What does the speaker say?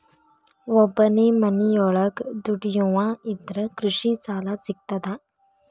ಒಬ್ಬನೇ ಮನಿಯೊಳಗ ದುಡಿಯುವಾ ಇದ್ರ ಕೃಷಿ ಸಾಲಾ ಸಿಗ್ತದಾ?